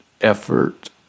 effort